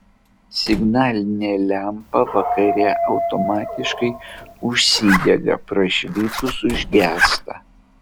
signalinė lempa vakare automatiškai užsidega prašvitus užgęsta